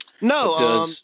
No